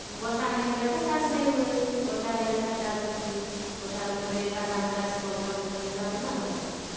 ବର୍ଷା ନାଇଁ ହେଲେ ଏକା ଚାଷ୍ ନାଇଁ ହୁଏ ବର୍ଷା ହେଲେ ଏକା ଚାଷ୍ ହେସି ବର୍ଷା ଋତୁରେ ଏକା ଧାନ୍ ଚାଷ୍ ବର୍ଷା ବହୁତ୍ ହେଲା ବେଲେ ଧାନ୍ ଚାଷ୍ ହେସି